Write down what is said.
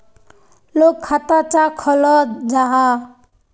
लोग खाता चाँ खोलो जाहा?